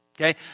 Okay